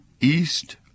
East